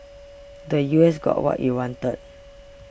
the U S got what it wanted